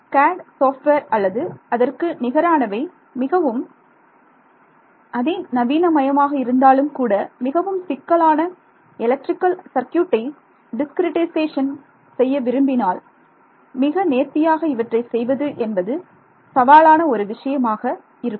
CAD software அல்லது அதற்கு நிகரானவை மிகவும் அதிநவீனமயமாக இருந்தாலும்கூட மிகவும் சிக்கலான எலக்ட்ரிக்கல் சர்க்யூட்டை டிஸ்கிரிட்டைசேஷன் செய்ய விரும்பினால் மிக நேர்த்தியாக இவற்றை செய்வது என்பது சவாலான ஒரு விஷயமாக இருக்கும்